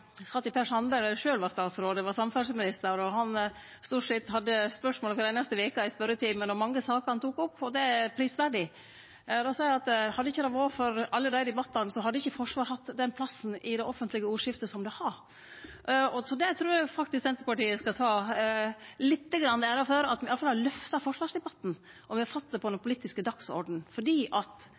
var statsråd, eg var samferdselsminister, og han stort sett hadde spørsmål kvar einaste veke i spørjetimen. Han tok opp mange saker, og det er prisverdig. Då sa eg at hadde det ikkje vore for alle dei debattane, hadde ikkje Forsvaret hatt den plassen i det offentlege ordskiftet som det har. Så det trur eg faktisk Senterpartiet skal ta litt av æra for, at me iallfall har lyfta forsvarsdebatten og fått han på den politiske dagsordenen, fordi me har hatt mange saker oppe. Det gjer at